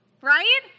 Right